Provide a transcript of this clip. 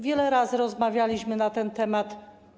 Wiele razy rozmawialiśmy na ten temat.